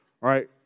right